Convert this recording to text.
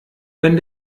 wenn